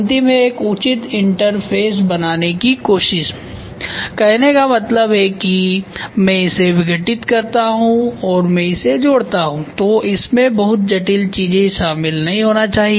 अंतिम है एक उचित इंटरफ़ेस बनाने की कोशिश कहने का मतलब है कि जब मैं इसे विघटित करता हूँ और मैं इसे जोड़ता हूं तो इसमें बहुत जटिल चीजें शामिल नहीं होनी चाहिए